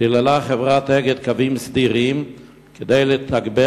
דיללה חברת "אגד" קווים סדירים כדי לתגבר